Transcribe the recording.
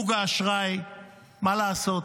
מה לעשות,